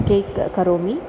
cake करोमि